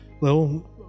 little